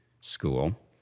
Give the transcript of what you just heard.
School